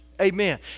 Amen